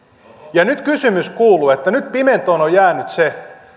nyt kysymys kuuluu ja nyt pimentoon on jäänyt se